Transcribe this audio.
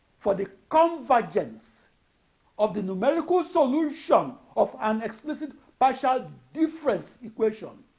for the convergence of the numerical solution of an explicit partial difference equation